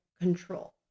control